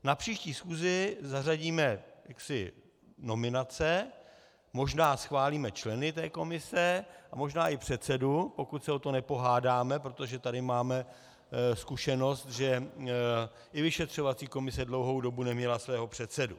Na příští schůzi zařadíme nominace, možná schválíme členy té komise a možná i předsedu, pokud se o to nepohádáme, protože tady máme zkušenost, že i vyšetřovací komise dlouhou dobu neměla svého předsedu.